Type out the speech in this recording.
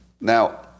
Now